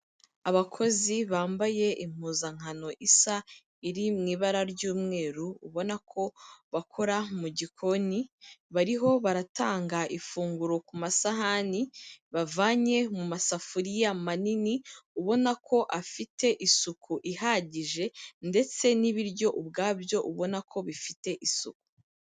Abakozi bambaye impuzankano isa iriwi ibara ry'umweru ubona ko bakora mu gikoni bariho baratanga ifunguro ku masahani bavanye mu masafuriya manini ubona ko afite isuku ihagije ndetse n'ibiryo ubwabyo ubona ko bifite isuku.